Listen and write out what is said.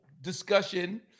discussion